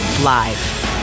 live